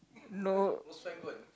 no